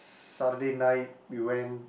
Saturday night we went